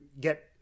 get